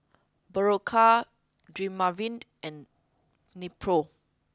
Berocca Dermaveen and Nepro